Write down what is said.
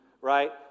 right